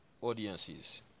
audiences